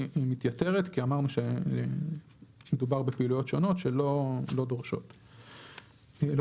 היא מתייתרת כי אמרנו שמדובר בפעילויות שונות שלא דורשות רישוי.